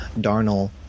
Darnell